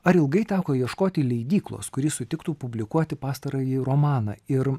ar ilgai teko ieškoti leidyklos kuri sutiktų publikuoti pastarąjį romaną ir